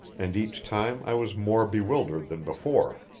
and each time i was more bewildered than before.